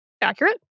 accurate